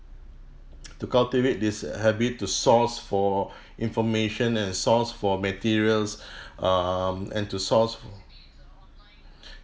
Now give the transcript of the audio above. to cultivate this habit to source for information and source for materials um and to source for